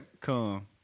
come